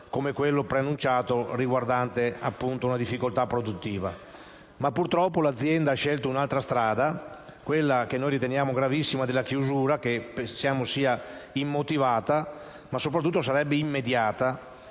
come quello preannunciato riguardante una difficoltà produttiva. Purtroppo però l'azienda ha scelto un'altra strada, quella, che riteniamo gravissima, della chiusura che reputiamo immotivata, soprattutto perché immediata